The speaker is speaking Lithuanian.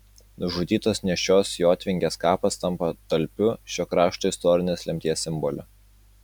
nužudytos nėščios jotvingės kapas tampa talpiu šio krašto istorinės lemties simboliu